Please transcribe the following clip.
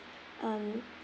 um